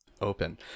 open